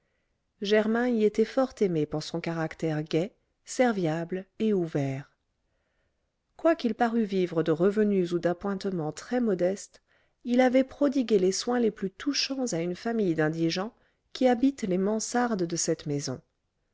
germain y était fort aimé pour son caractère gai serviable et ouvert quoiqu'il parût vivre de revenus ou d'appointements très modestes il avait prodigué les soins les plus touchants à une famille d'indigents qui habitent les mansardes de cette maison